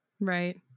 Right